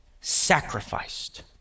sacrificed